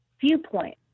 viewpoint